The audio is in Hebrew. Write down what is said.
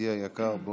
ידידי היקר.